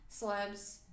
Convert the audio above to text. celebs